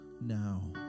now